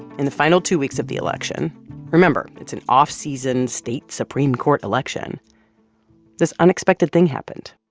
in the final two weeks of the election remember, it's an off-season state supreme court election this unexpected thing happened.